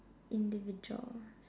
individuals